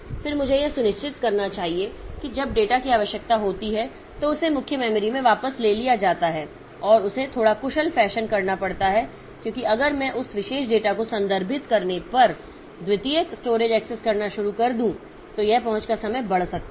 फिर मुझे यह सुनिश्चित करना चाहिए कि जब उस डेटा की आवश्यकता होती है तो उसे मुख्य मेमोरी में वापस ले लिया जाता है और उसे थोड़ा कुशल फैशन करना पड़ता है क्योंकि अगर मैं उस विशेष डेटा को संदर्भित करने पर द्वितीयक स्टोरेज एक्सेस करना शुरू कर दूं तो यह पहुंच का समय बढ़ सकता है